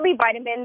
vitamins